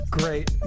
great